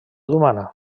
humana